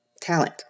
talent